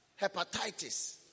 hepatitis